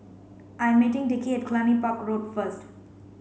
I'm meeting Dickie at Cluny Park Road first